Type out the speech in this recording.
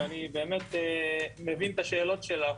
ואני באמת מבין את השאלות שלך,